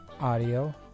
Audio